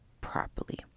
properly